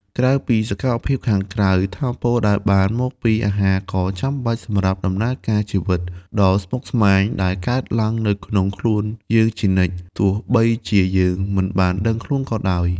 ក្រៅពីសកម្មភាពខាងក្រៅ ថាមពលដែលបានមកពីអាហារក៏ចាំបាច់សម្រាប់ដំណើរការជីវិតដ៏ស្មុគស្មាញដែលកើតឡើងនៅក្នុងខ្លួនយើងជានិច្ច ទោះបីជាយើងមិនបានដឹងខ្លួនក៏ដោយ។